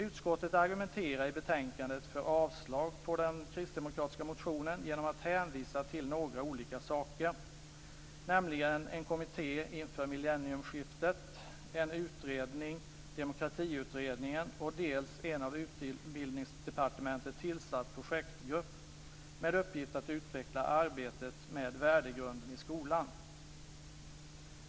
Utskottet argumenterar i betänkandet för avslag på den kristdemokratiska motionen genom att hänvisa till några olika saker, nämligen en kommitté inför millennieskiftet, en utredning - Demokratiutredningen - och en av Utbildningsdepartementet tillsatt projektgrupp med uppgift att utveckla arbetet med värdegrunden i skolan.